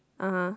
ah !huh!